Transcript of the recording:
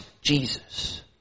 Jesus